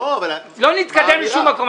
לא נתקדם לשום מקום.